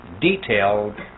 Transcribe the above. detailed